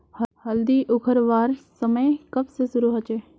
हल्दी उखरवार समय कब से शुरू होचए?